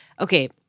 okay